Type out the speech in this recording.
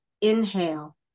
inhale